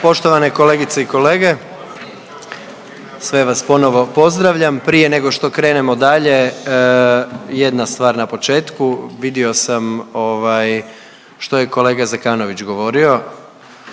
Poštovane kolegice i kolege, sve vas ponovo pozdravljam. Prije nego što krenemo dalje jedna stvar na početku. Vidio sam što je kolega Zekanović govorio